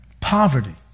Poverty